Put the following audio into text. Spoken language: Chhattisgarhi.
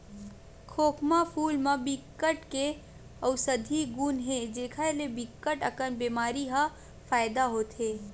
खोखमा फूल म बिकट के अउसधी गुन हे जेखर ले बिकट अकन बेमारी म फायदा होथे